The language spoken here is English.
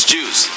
Jews